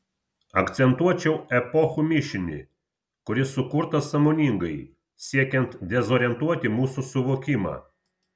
akcentuočiau epochų mišinį kuris sukurtas sąmoningai siekiant dezorientuoti mūsų suvokimą